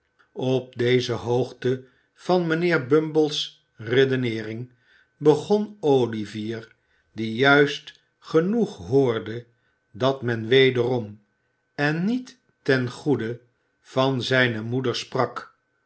op deze hoogte van mijnheer bumble's redeneering begon olivier die juist genoeg hoorde dat men wederom en niet ten goede van zijne moeder sprak